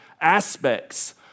aspects